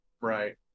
Right